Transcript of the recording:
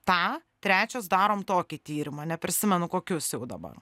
tą trečias darom tokį tyrimą neprisimenu kokius jau dabar